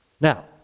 Now